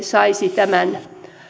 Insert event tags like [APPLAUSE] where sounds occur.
[UNINTELLIGIBLE] saisi tämän